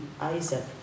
Isaac